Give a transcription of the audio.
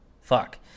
Fuck